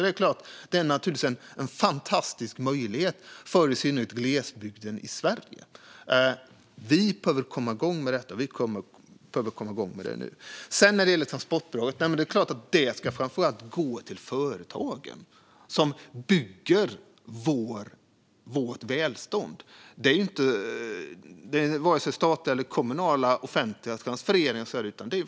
Det är alltså en fantastisk möjlighet för i synnerhet glesbygden i Sverige, och vi behöver komma igång med detta nu. Transportbidraget ska givetvis främst gå till företagen. Det är ju framför allt de som bygger vårt välstånd, inte statliga eller kommunala transfereringar.